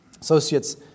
Associates